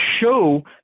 show